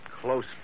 close